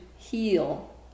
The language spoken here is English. heal